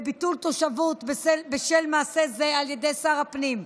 וביטול תושבות בשל מעשה זה על ידי שר הפנים.